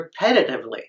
repetitively